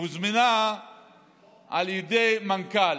היא הוזמנה על ידי מנכ"ל,